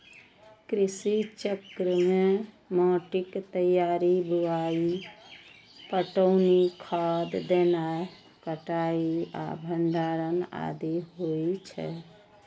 कृषि चक्र मे माटिक तैयारी, बुआई, पटौनी, खाद देनाय, कटाइ आ भंडारण आदि होइ छै